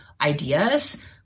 ideas